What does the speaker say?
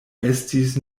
estis